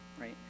right